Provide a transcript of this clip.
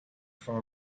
from